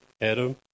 Adam